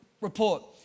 report